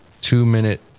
two-minute